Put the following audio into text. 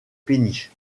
péniches